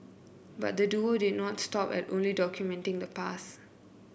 but the duo did not stop at only documenting the past